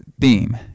theme